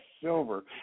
silver